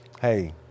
hey